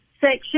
section